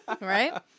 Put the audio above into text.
Right